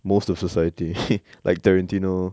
most of society like tarantino